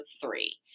three